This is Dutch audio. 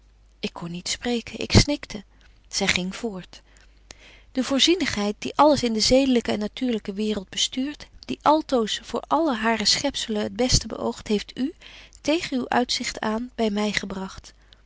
ik kon niet spreken ik snikte zy ging voort de voorzienigheid die alles in de zedelyke en natuurlyke waereld bestuurt die altoos voor alle hare schepzelen het beste beöogt heeft u tegen uw uitzicht aan by my gebragt